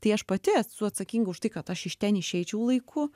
tai aš pati esu atsakinga už tai kad aš iš ten išeičiau laiku